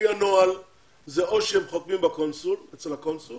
לפי הנוהל זה או שהם חותמים אצל הקונסול